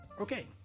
okay